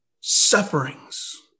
sufferings